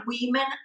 women